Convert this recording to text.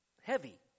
heavy